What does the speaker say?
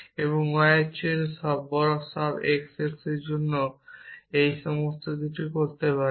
আপনি y এর চেয়ে বড় সব x x এর জন্য এইরকম কিছু করতে পারেন